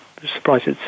surprised